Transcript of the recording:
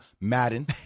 Madden